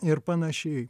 ir panašiai